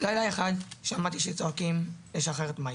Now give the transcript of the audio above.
לילה אחד שמעתי שצועקים "לשחרר את מייקל",